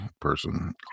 person